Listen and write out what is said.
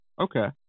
okay